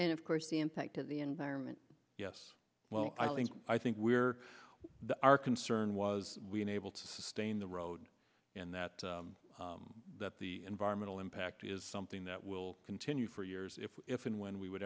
and of course the impact of the environment yes well i think i think we're our concern was being able to sustain the road and that that the environmental impact is something that will continue for years if if and when we would